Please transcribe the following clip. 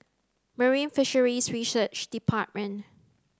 Marine Fisheries Research Department